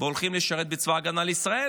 והולכים לשרת בצבא ההגנה לישראל.